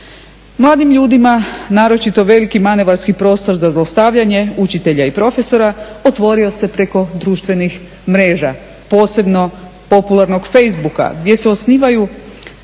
Mladim ljudima naročito veliki manevarski prostor za zlostavljanje učitelja i profesora otvorio se preko društvenih mreža, posebno popularnog Facebooka gdje se osnivaju